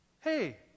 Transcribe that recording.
hey